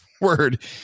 word